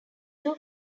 two